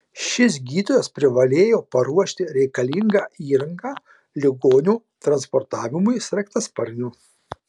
šis gydytojas privalėjo paruošti reikalingą įrangą ligonio transportavimui sraigtasparniu